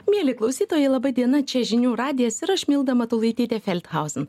mieli klausytojai laba diena čia žinių radijas ir aš milda matulaitytėfeldhausen